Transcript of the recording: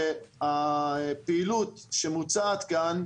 שהפעילות שמוצעת כאן,